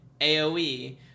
AoE